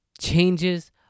changes